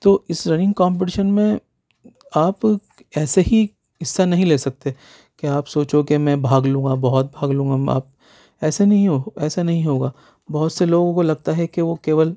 تو اس running competition میں آپ ایسے ہی حصہ نہیں لے سکتے کہ آپ سوچو کہ میں بھاگ لوں گا بہت بھاگ لوں گا ایسے نہیں ایسے نہیں ہوگا بہت سے لوگوں کو لگتا ہے کہ وہ کیول